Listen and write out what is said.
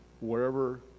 wherever